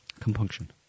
compunction